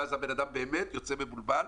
ואז הבן-אדם באמת יוצא מבולבל,